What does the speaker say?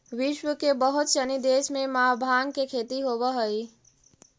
विश्व के बहुत सनी देश में भाँग के खेती होवऽ हइ